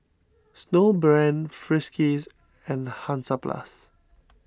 Snowbrand Friskies and Hansaplast